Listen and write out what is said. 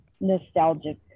nostalgic